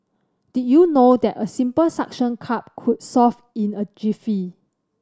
did you know that a simple suction cup could solve it in a jiffy